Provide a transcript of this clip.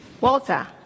Walter